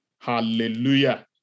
Hallelujah